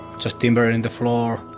just timber in the floor,